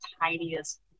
tiniest